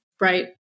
right